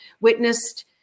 witnessed